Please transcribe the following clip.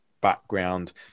background